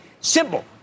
Simple